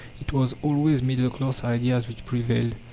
it was always middle-class ideas which prevailed.